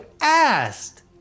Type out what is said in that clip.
asked